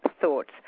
thoughts